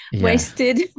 wasted